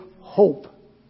hope